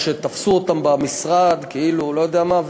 איך שתפסו אותם במשרד כאילו לא יודע מה,